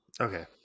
Okay